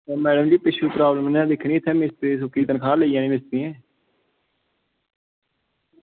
madam problem पिच्छूं में दिक्खनी इद्धर सुक्की ध्याड़ी लेई जानी मिस्तरी नै